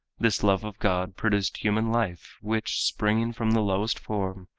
this love of god produced human life which, springing from the lowest form,